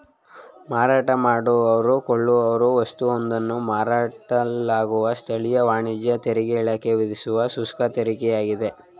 ಮಾರಾಟ ಮಾಡುವವ್ರು ಕೊಳ್ಳುವವ್ರು ವಸ್ತುವೊಂದನ್ನ ಮಾರಲ್ಪಟ್ಟಾಗ ಸ್ಥಳೀಯ ವಾಣಿಜ್ಯ ತೆರಿಗೆಇಲಾಖೆ ವಿಧಿಸುವ ಶುಲ್ಕತೆರಿಗೆಯಾಗಿದೆ